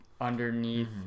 underneath